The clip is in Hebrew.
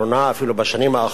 אפילו בשנים האחרונות,